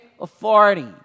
authority